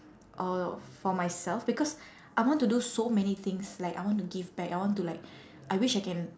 or for myself because I want to do so many things like I want to give back I want to like I wish I can